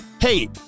Hey